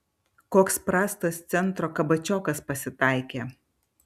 koks prastas centro kabačiokas pasitaikė